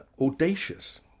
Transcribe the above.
audacious